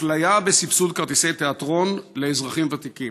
אפליה בסבסוד כרטיסי תיאטרון לאזרחים ותיקים.